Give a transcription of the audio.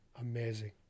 amazing